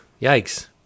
Yikes